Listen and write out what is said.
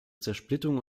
zersplitterung